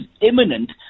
imminent